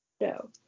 No